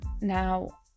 Now